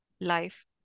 life